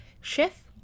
Chef